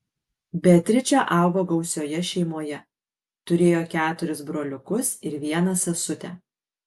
beatričė augo gausioje šeimoje turėjo keturis broliukus ir vieną sesutę